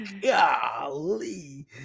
Golly